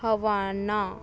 havana